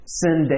send